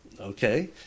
Okay